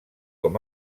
com